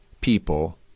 people